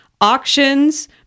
auctions